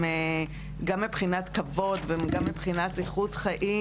גם מבחינת כבוד וגם מבחינת איכות חיים.